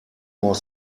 more